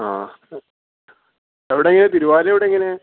ആ എവിടെ എങ്ങനെ തിരുവാലി എവിടെ എങ്ങനെ